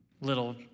little